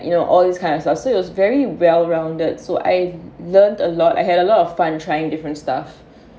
you know all these kind of stuff so it was very well rounded so I learned a lot I had a lot of fun trying different stuff